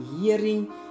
hearing